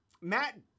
Matt